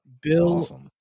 bill